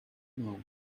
know